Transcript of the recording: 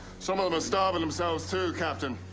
some of them are starving themselves too, captain.